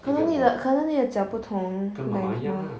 可能你的可能你的脚不同 length